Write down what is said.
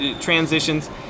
transitions